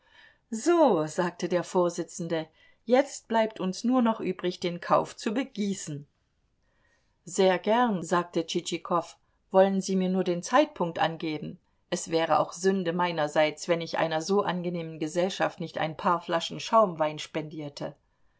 so sagte der vorsitzende jetzt bleibt uns nur noch übrig den kauf zu begießen sehr gern sagte tschitschikow wollen sie mir nur den zeitpunkt angeben es wäre auch sünde meinerseits wenn ich einer so angenehmen gesellschaft nicht ein paar flaschen schaumwein spendierte